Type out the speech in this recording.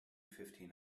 fifteen